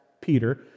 Peter